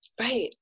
Right